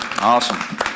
awesome